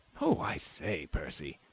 oh, i say, percy!